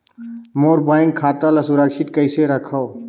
मोर bank खाता ला सुरक्षित कइसे रखव?